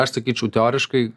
aš sakyčiau teoriškai